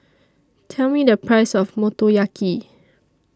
Tell Me The Price of Motoyaki